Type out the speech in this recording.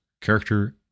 character